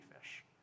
fish